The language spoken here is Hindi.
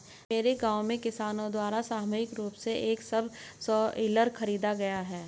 मेरे गांव में किसानो द्वारा सामूहिक रूप से एक सबसॉइलर खरीदा गया